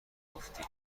گفتی